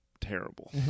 terrible